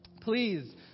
Please